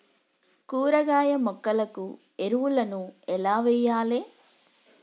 కూరగాయ మొక్కలకు ఎరువులను ఎలా వెయ్యాలే?